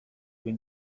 been